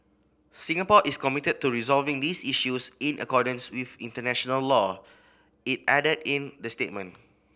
Singapore is committed to resolving these issues in accordance with international law it added in the statement